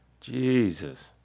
Jesus